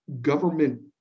government